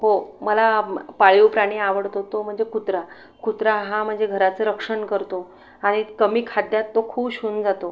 हो मला पाळीव प्राणी आवडतो तो म्हणजे कुत्रा कुत्रा हा म्हणजे घराचं रक्षण करतो आणि कमी खाद्यात तो खूश होऊन जातो